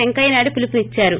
వెంకయ్యనాయుడు పిలుపునిచ్చారు